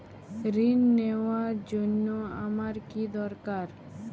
ঋণ নেওয়ার জন্য আমার কী দরকার?